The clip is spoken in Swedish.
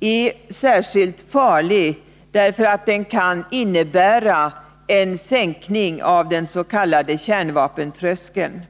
är särskilt farlig därför att den kan innebära en sänkning av dens.k. kärnvapentröskeln.